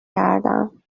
کردم